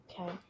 Okay